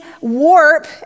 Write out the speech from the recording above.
warp